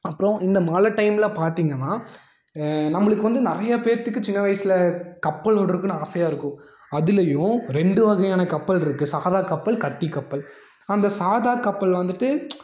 அப்புறம் இந்த மழை டைமில் பார்த்திங்கனா நம்மளுக்கு வந்து நிறையா பேருத்துக்கு சின்ன வயசில் கப்பல் விடுறதுக்குனு ஆசையாக இருக்கும் அதுலேயும் ரெண்டு வகையான கப்பல் இருக்குது சாதாக் கப்பல் கத்திக் கப்பல் அந்த சாதா கப்பல் வந்துவிட்டு